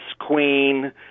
Queen